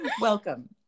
Welcome